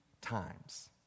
times